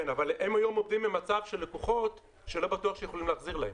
כן אבל הם היום עומדים במצב של לקוחות שלא בטוח שיכולים להחזיר להם.